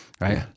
right